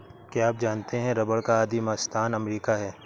क्या आप जानते है रबर का आदिमस्थान अमरीका है?